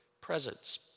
presence